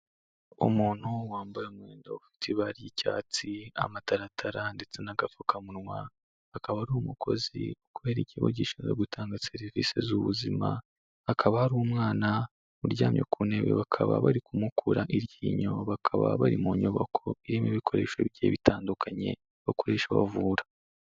Umuntu wambaye umwenda ufite ibara ry'icyatsi, amataratara, ndetse n'agapfukamunwa, akaba ari umukozi, ukorera ikigo gishinzwe gutanga serivisi z'ubuzima, hakaba hari umwana uryamye ku ntebe, bakaba bari kumukura iryinyo, bakaba bari mu nyubako, irimo ibikoresho bigiye bitandukaye, bakoresha bavura.